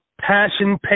Passion